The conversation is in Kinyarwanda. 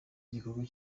gikorwa